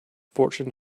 fortune